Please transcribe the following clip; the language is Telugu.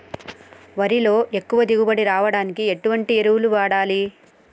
వరిలో ఎక్కువ దిగుబడి రావడానికి ఎటువంటి ఎరువులు వాడాలి?